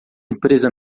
empresa